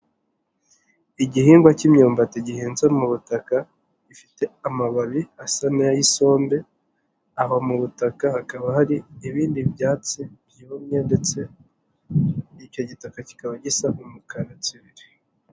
Igihingwa cy'imyumbati gihinze mu butaka, gifite amababi asa n'ay'isombe, aho mu butaka hakaba hari ibindi byatsi byumye ndetse n'icyo gitaka kikaba gisa n'umukara tsiriri.